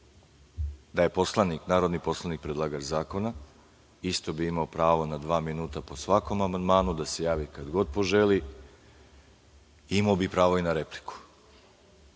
Da je narodni poslanik predlagač zakona isto bi imao pravo na dva minuta po svakom amandmanu da se javi kad god poželi, imao bi pravo i na repliku.